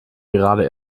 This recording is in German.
gerade